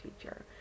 teacher